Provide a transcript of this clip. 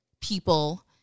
people